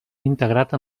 integrat